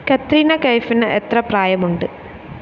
കത്രീന കൈഫിന് എത്ര പ്രായമുണ്ട്